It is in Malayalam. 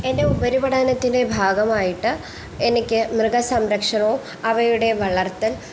എൻ്റെ ഉപരിപഠനത്തിൻ്റെ ഭാഗമായിട്ട് എനിക്ക് മൃഗസംരക്ഷണവും അവയുടെ വളർത്തൽ